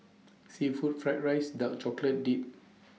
Seafood Fried Rice Dark Chocolate Dipped